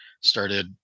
started